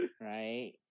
Right